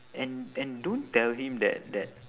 and and don't tell him that that